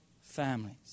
families